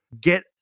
Get